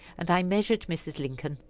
and i measured mrs. lincoln,